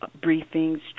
briefings